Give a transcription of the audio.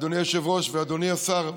אדוני היושב-ראש ואדוני השר,